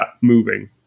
moving